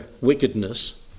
wickedness